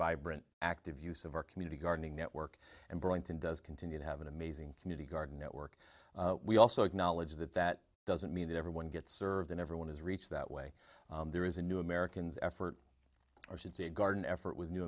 vibrant active use of our community gardening network and brenton does continue to have an amazing community garden network we also acknowledge that that doesn't mean that everyone gets served and everyone is reached that way there is a new americans effort or should see a garden effort with new